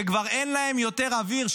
שכבר אין להם יותר אוויר,